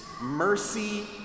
Mercy